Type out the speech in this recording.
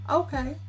okay